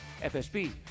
FSB